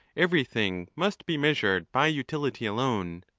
every thing must be measured by utility alone,